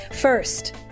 First